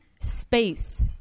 space